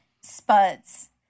spuds